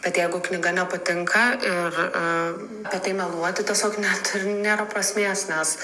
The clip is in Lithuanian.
bet jeigu knyga nepatinka ir apie tai meluoti tiesiog net nėra prasmės nes